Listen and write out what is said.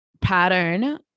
pattern